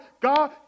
God